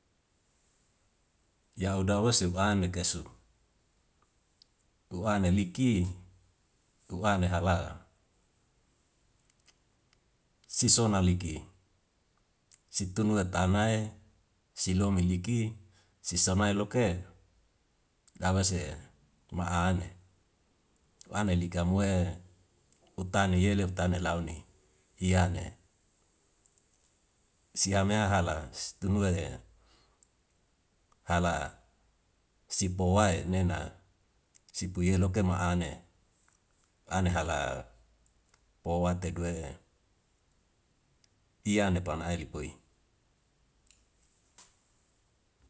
Yau dau suk ane kesu u'a na lik'i u'a ne hala siso naliki situnua tanae silo miliki si samae loka'e da wes'e ma ane, ma ane lika mu'e utani yelu ta nelau ni iyane sia me hala situnua he hala sipo wae nena sipo yelo ke ma ane, ane hala po watek wehe iyana pan ae likoi.